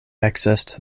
accessed